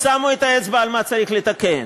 שמו את האצבע על מה שצריך לתקן.